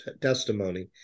testimony